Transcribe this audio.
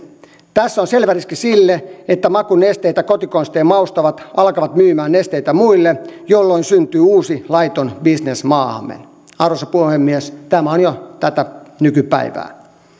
tässä on selvä riski sille että makunesteitä kotikonstein maustavat alkavat myymään nesteitä muille jolloin syntyy uusi laiton bisnes maahamme arvoisa puhemies tämä on jo tätä nykypäivää